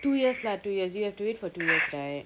two years lah two years you have to wait for two years right